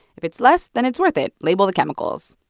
if it's less, then it's worth it. label the chemicals.